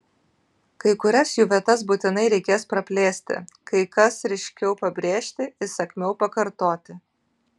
kai kurias jų vietas būtinai reikės praplėsti kai kas ryškiau pabrėžti įsakmiau pakartoti